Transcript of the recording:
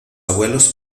abuelos